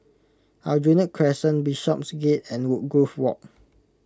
Aljunied Crescent Bishopsgate and Woodgrove Walk